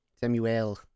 Samuel